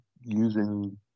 using